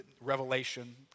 Revelation